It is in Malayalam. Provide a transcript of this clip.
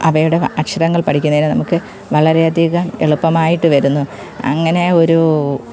അവയുടെ അക്ഷരങ്ങൾ പഠിക്കുന്നതിനും നമുക്ക് വളരെയധികം എളുപ്പമായിട്ട് വരുന്നു അങ്ങനെ ഒരു